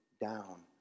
down